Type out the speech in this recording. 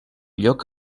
lloc